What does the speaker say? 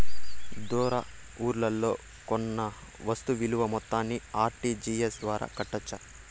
దూర ఊర్లలో కొన్న వస్తు విలువ మొత్తాన్ని ఆర్.టి.జి.ఎస్ ద్వారా కట్టొచ్చా?